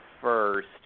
first